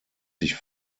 sich